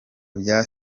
bya